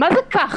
מה זה ככה?